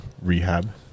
rehab